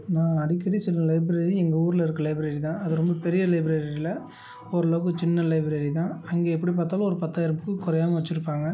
நான் அடிக்கடி செல்லும் லைப்ரரி எங்கள் ஊர்ல இருக்க லைப்ரரி தான் அது ரொம்ப பெரிய லைப்ரரி இல்லை ஓரளவுக்குச் சின்ன லைப்ரரி தான் அங்கே எப்படிப் பார்த்தாலும் ஒரு பத்தாயிரம் புக்குக் குறையாம வச்சிருப்பாங்க